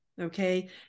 okay